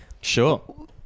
Sure